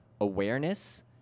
awareness